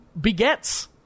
begets